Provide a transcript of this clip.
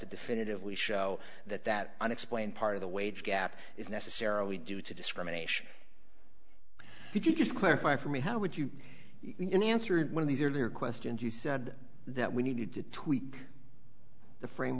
to definitively show that that unexplained part of the wage gap is necessarily due to discrimination did you just clarify for me how would you answer one of the earlier questions you said that we needed to tweak the frame